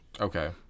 Okay